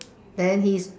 then his